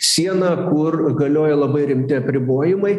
sieną kur galioja labai rimti apribojimai